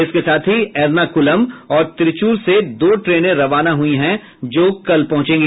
इसके साथ ही एर्नाकुलम और त्रिचूर से दो ट्रेने रवाना हुई है जो कल पहुंचेगी